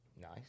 Nice